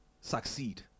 succeed